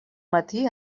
matí